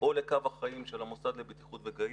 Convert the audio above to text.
או לקו החיים של המוסד לבטיחות וגהות,